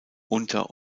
unter